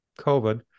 COVID